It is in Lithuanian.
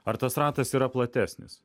ar tas ratas yra platesnis